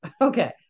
okay